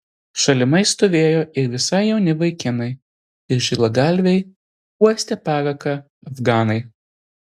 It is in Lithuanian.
šalimais stovėjo ir visai jauni vaikinai ir žilagalviai uostę paraką afganai